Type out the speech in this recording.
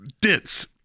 dense